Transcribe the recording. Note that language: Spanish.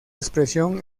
expresión